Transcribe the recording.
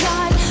God